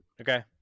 Okay